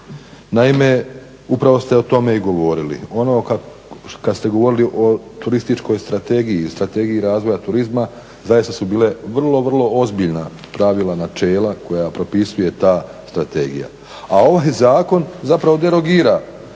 Naime, upravo ste o tome i govorili. Ono kad ste govorili o turističkoj strategiji ili Strategiji razvoja turizma zaista su bila vrlo, vrlo ozbiljna pravila, načela koja propisuje ta strategija. A ovaj zakon zapravo derogira